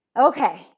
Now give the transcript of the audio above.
Okay